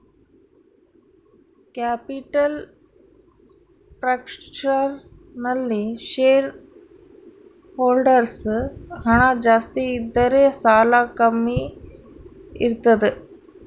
capital structure ನಲ್ಲಿ shareholders ಹಣ ಜಾಸ್ತಿ ಇದ್ದರೆ ಸಾಲ ಕಮ್ಮಿ ಇರ್ತದ